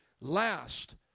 last